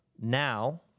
now